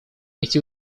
эти